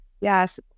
yes